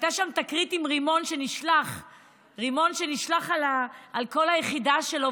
והייתה שם תקרית עם רימון שנשלח על כל היחידה שלו.